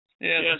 Yes